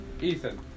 Ethan